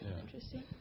interesting